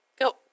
Go